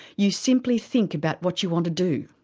you simply think about what you want to do.